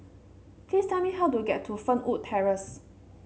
please tell me how to get to Fernwood Terrace